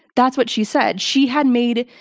that's what she said. she had made.